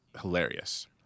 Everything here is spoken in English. hilarious